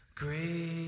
Great